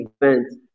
events